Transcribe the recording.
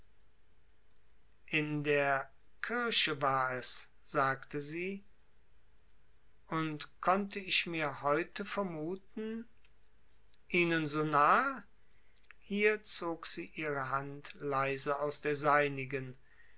in der kirche war es sagte sie und konnte ich mir heute vermuten ihnen so nahe hier zog sie ihre hand leise aus der seinigen